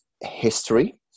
history